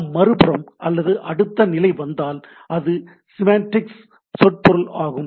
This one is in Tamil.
நாம் மறுபுறம் அல்லது அடுத்த நிலை வந்தால் அது சிமெண்டிக்ஸ் சொற்பொருள் ஆகும்